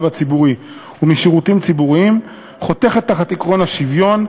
הציבורי ומשירותים ציבוריים חותרת תחת עקרון השוויון,